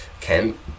Ken